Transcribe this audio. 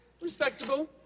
Respectable